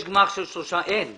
יש גמ"ח של 3 מיליארד.